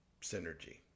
synergy